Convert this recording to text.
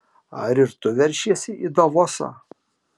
ar ir tu veršiesi į davosą